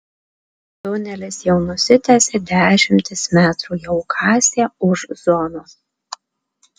tunelis jau nusitęsė dešimtis metrų jau kasė už zonos